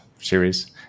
series